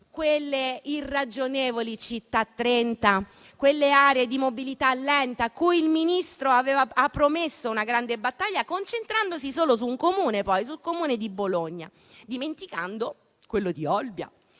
Quelle irragionevoli Città 30, quelle aree di mobilità lenta a cui il Ministro ha promesso una grande battaglia, concentrandosi però solo su un Comune, quello di Bologna, e dimenticando quello di Olbia.